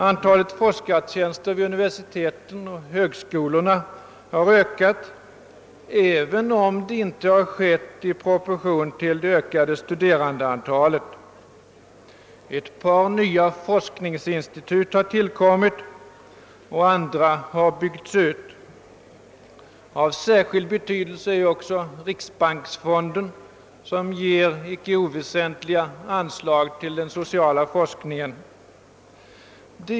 Antalet forskartjänster vid universitet och högskolor har ökat, även om detta inte har skett i proportion till det ökande antalet studerande. Ett par nya forskningsinstitut har tillkommit och andra har byggts ut. Av särskild betydelse är också riksbanksfonden, som ger icke oväsentliga anslag till den sociala forskningen.